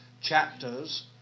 chapters